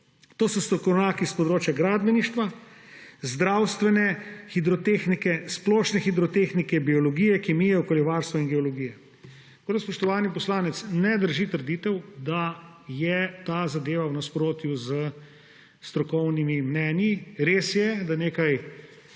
To so strokovnjaki s področja gradbeništva, zdravstvene hidrotehnike, splošne hidrotehnike, biologije, kemije, okoljevarstva in geologije. Tako, spoštovani poslanec, ne drži trditev, da je ta zadeva v nasprotju s strokovnimi mnenji. Res je, da nekaj